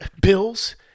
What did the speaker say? bills